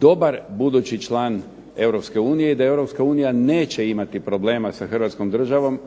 dobar budući član Europske unije i da Europska unija neće imati problema sa hrvatskom državom,